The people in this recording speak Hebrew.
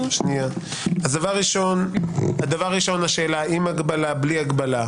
דבר ראשון, השאלה, עם הגבלה או בלי הגבלה?